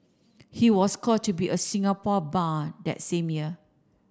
he was called to be a Singapore Bar that same year